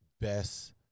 best